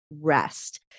rest